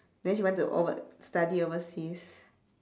then she want to over~ study overseas